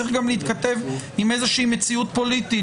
צריך גם להתכתב עם איזושהי מציאות פוליטית